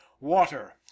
water